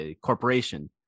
corporation